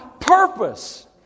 purpose